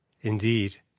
Indeed